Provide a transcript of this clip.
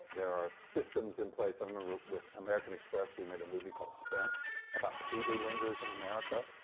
there are systems in place. i remember with american express we made a movie called spent about payday lenders in america.